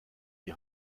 die